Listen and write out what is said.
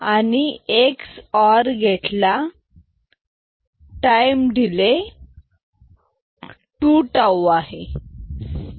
आणि XOR घेतला घेतला टाईम डिले 2 टाऊ आहे